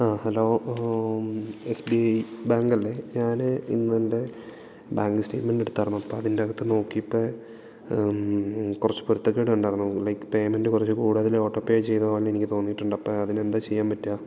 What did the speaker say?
ആ hello S B I bank അല്ലെ ഞാന് ഇന്നൻ്റെ ബാങ്ക് സ്റ്റേറ്റ്മെൻറ് എടുത്തായിരുന്നു അപ്പം അതിൻ്റകത്ത് നോക്കിയപ്പം കുറച്ച് പൊരുത്തേക്കേടുണ്ടായിരുന്നു ലൈക് പേയ്മെൻറ് കുറച്ച് കൂടുതല് ഓട്ടോ പേ ചെയ്തപോലെ എനിക്ക് തോന്നിയിട്ടുണ്ട് അപ്പം അതിനെന്താ ചെയ്യാൻ പറ്റുക